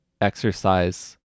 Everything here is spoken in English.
exercise